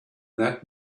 that